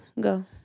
Go